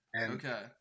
okay